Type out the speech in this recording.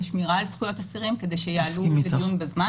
לשמירה על זכויות אסירים כדי שיעלו לדיון בזמן